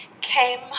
came